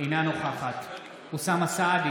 אינה נוכחת אוסאמה סעדי